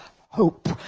hope